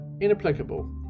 inapplicable